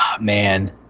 man